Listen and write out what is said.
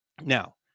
Now